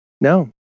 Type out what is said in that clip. No